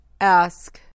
Ask